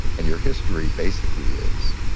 and your history basically is,